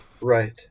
Right